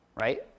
right